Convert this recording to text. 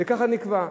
ככה נקבע.